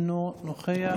אינו נוכח,